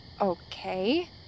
Okay